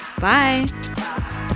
Bye